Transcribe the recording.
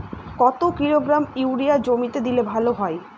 কত kilogram urea জমিতে দিলে ভালো হয়?